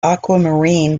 aquamarine